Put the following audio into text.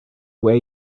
wear